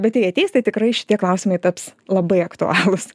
bet jei ateis tai tikrai šitie klausimai taps labai aktualūs